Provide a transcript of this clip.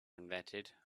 invented